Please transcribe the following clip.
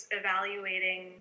evaluating